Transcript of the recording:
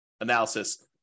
analysis